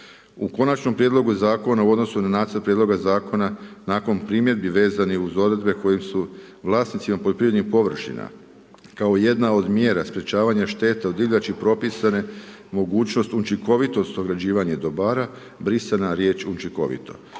U konačnom prijedlogu zakona u odnosu na nacrt prijedloga zakona, nakon primjedbi vezanih uz odredbe kojem su vlasnici poljoprivrednih površina kao jedna od mjera sprječavanje šteta od divljači, propisane mogućnost učinkovitost određivanje dobara brisana riječ učinkovito,